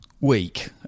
week